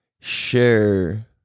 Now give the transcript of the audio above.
share